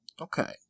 Okay